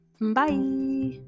bye